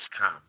come